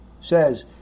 says